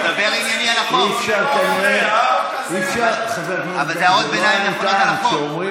תזמין אותו לקפה, תזמין אותה לקפה, אה?